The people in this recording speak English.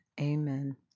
Amen